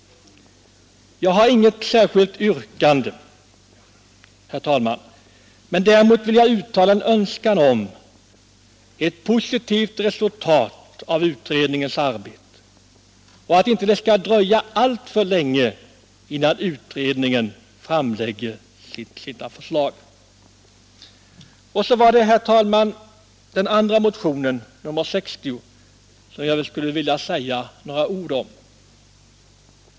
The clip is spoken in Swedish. Jag har inget särskilt yrkande. Däremot vill jag uttala en önskan om ett positivt resultat av utredningens arbete. Jag hoppas att det inte skall dröja alltför länge innan utredningen framlägger sina förslag. Så var det den andra motionen, nr 60, som jag också skulle vilja säga några ord om.